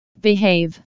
behave